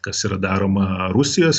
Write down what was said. kas yra daroma rusijos